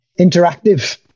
interactive